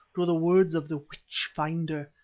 to the words of the witch-finder,